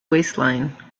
waistline